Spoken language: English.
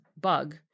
bug